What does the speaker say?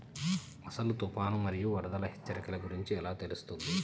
అసలు తుఫాను మరియు వరదల హెచ్చరికల గురించి ఎలా తెలుస్తుంది?